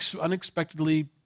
unexpectedly